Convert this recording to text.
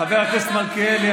חבר הכנסת מלכיאלי,